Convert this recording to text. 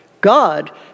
God